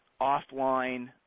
offline